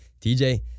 TJ